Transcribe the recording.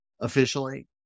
officially